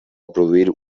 produir